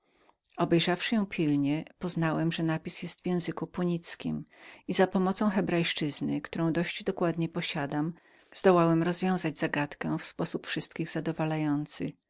obejrzawszy go pilnie poznałem że napis był w języku punickim i za pomocą hebrajszczyzny którą dość dokładnie posiadam zdołałem rozwiązać zagadkę w sposób wszystkich zadowolniający